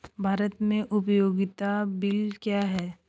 भारत में उपयोगिता बिल क्या हैं?